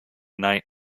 night